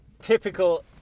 typical